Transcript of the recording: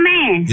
Man